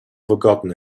forgotten